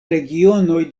regionoj